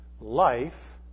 life